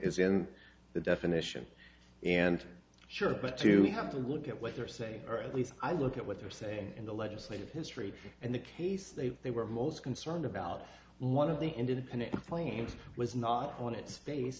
is in the definition and sure but to have to look at what they're saying or at least i look at what they're saying in the legislative history and the case they they were most concerned about one of the independent claims was not on its face